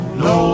no